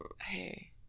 hey